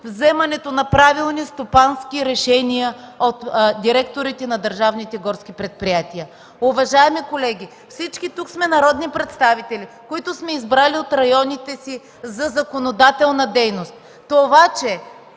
вземането на правилни стопански решения от директорите на държавните горски предприятия. Уважаеми колеги, всички тук сме народни представители, които сме избрани от районите си за законодателна дейност.